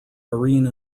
marine